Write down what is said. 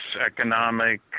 economic